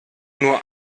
nur